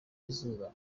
izuba